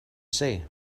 say